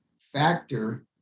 factor